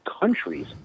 countries